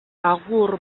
agur